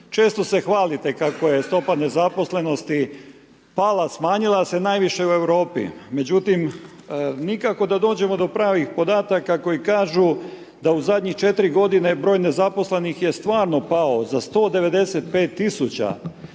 često se hvalite kako je stopa nezaposlenosti pala, smanjila se najviše u Europi. Međutim, nikako da dođemo do pravih podataka, koji kažu da u zadnje 4 godine broj nezaposlenih je stvarno pao za 195000,